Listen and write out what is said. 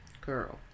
girl